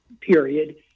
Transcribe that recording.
period